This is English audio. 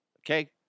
okay